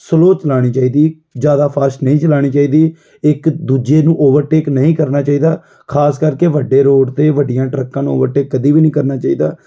slow ਚਲਾਉਣੀ ਚਾਹੀਦੀ ਜ਼ਿਆਦਾ ਫਾਸਟ ਨਹੀਂ ਚਲਾਉਣੀ ਚਾਹੀਦੀ ਇੱਕ ਦੂਜੇ ਨੂੰ ਓਵਰਟੇਕ ਨਹੀਂ ਕਰਨਾ ਚਾਹੀਦਾ ਖਾਸ ਕਰਕੇ ਵੱਡੇ ਰੋਡ 'ਤੇ ਵੱਡੀਆਂ ਟਰੱਕਾਂ ਨੂੰ ਓਵਰਟੇਕ ਕਦੀ ਵੀ ਨਹੀਂ ਕਰਨਾ ਚਾਹੀਦਾ